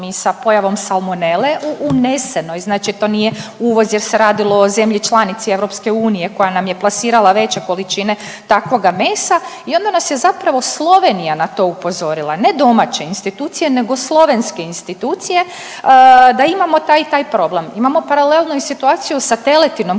i sa pojavom salmonele u unesenoj, znači to nije uvoz jer se radilo o zemlji članici Europske unije koja nam je plasirala veće količine takvoga mesa i onda nas je zapravo Slovenija na to upozorila, ne domaće institucije nego slovenske institucije da imamo taj i taj problem. Imamo i paralelnu situaciju sa teletinom